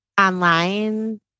online